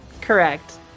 Correct